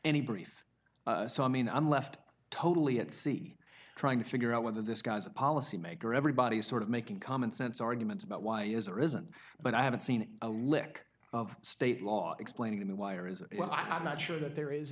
brief so i mean i'm left totally at sea trying to figure out whether this guy's a policymaker everybody's sort of making commonsense arguments about why it is or isn't but i haven't seen a lick of state law explaining to me why or is well i'm not sure that there is